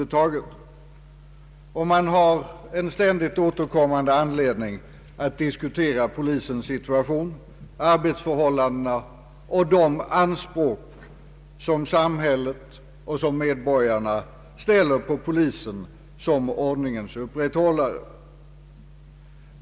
Det finns ständigt anledning att diskutera polisens situation, arbetsförhållandena och de anspråk som samhället och medborgarna ställer på polisen som ordningens upprätthållare.